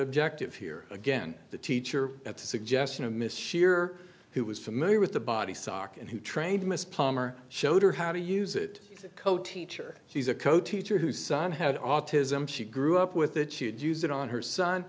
objective here again the teacher at the suggestion of miss shear who was familiar with the body sock and who trained miss palmer showed her how to use it coat teacher she's a coat teacher whose son had autism she grew up with it you'd use it on her son